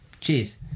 cheers